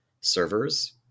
servers